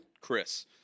Chris